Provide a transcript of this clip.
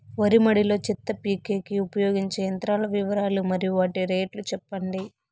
వరి మడి లో చెత్త పీకేకి ఉపయోగించే యంత్రాల వివరాలు మరియు వాటి రేట్లు చెప్పండి?